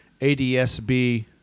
ADSB